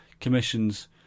commissions